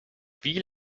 wie